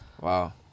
Wow